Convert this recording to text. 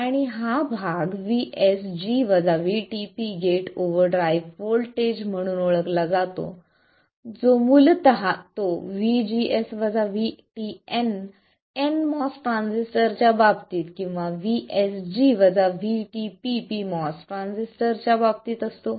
आणि हा भाग गेट ओव्हरड्राईव्ह व्होल्टेज म्हणून ओळखला जातो मूलत तो VGS VTN nMOS ट्रान्झिस्टरच्या बाबतीत किंवा VSG VTP PMOS ट्रान्झिस्टरच्या बाबतीत असतो